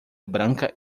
branca